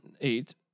eight